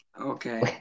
Okay